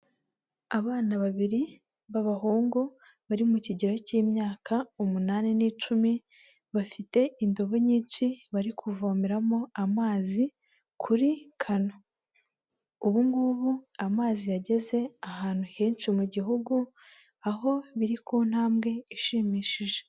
Abana babiri b'abahungu bari mu kigero cy'imyaka umunane n'icumi, bafite indobo nyinshi bari kuvomeramo amazi kuri kano. Ubu ngubu amazi yageze ahantu henshi mu gihugu, aho biri ku ntambwe ishimishije.